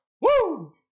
Woo